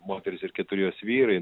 moteris ir keturi jos vyrai